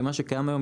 זה מה שקיים היום,